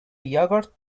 yogurt